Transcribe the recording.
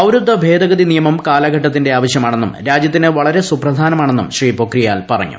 പൌരത്വ ഭേദഗതി നിയമം കാലഘട്ടത്തിന്റെ ആവശൃമാണെന്നും രാജൃത്തിന് വളരെ സുപ്രധാനമാണെന്നും ശ്രീ പ്രൊഖ്രിയാൽ പറഞ്ഞു